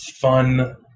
fun